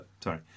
Sorry